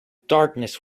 darkness